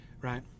right